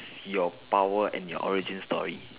your power and your origin story